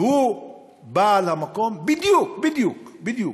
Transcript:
שהוא בעל המקום בדיוק בדיוק בדיוק,